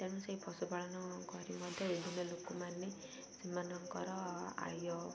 ତେଣୁ ସେଇ ପଶୁପାଳନ କରି ମଧ୍ୟ ବିଭିନ୍ନ ଲୋକମାନେ ସେମାନଙ୍କର ଆୟ